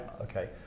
Okay